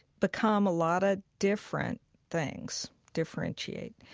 become a lot of different things, differentiate.